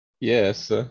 Yes